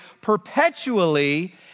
perpetually